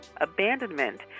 abandonment